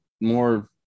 more